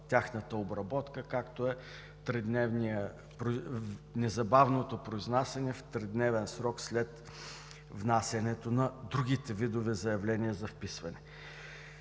тяхната обработка, както е незабавното произнасяне в тридневен срок след внасянето на другите видове заявления за вписване.